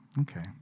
Okay